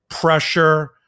pressure